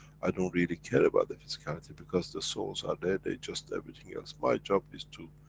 i don't really care about the physicality because the souls are there, they just everything else. my job is to,